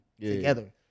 together